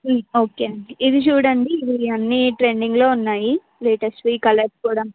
okay అండి ఇది చూడండి ఇవన్నీ ట్రెండింగ్లో ఉన్నాయి లేటెస్ట్వి కలర్స్ కూడా